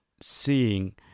seeing